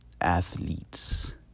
athletes